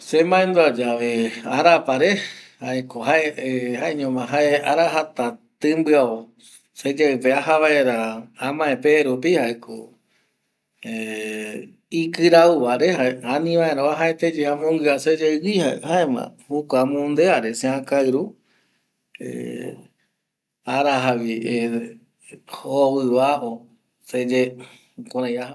See mandua yave arapa re jae ko jaeño ma jae arajata serimbio seyeipe ajavaera amae perupi jaeko ikiraivare ani vaera uajaete amonguia seyegui jaema jokua amonde jaera se aikaru araja jovi va jaema jukurei aja